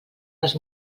les